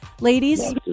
Ladies